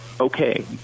okay